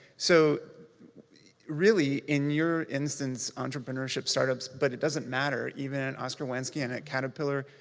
so really, in your instance, entrepreneurship, startups, but it doesn't matter, even in oscar winski and at caterpillar,